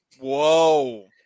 whoa